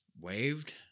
waved